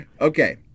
Okay